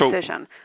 decision